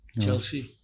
Chelsea